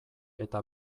eta